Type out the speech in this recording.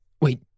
Wait